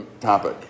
topic